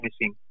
missing